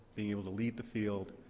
being able to lead the field.